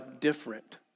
different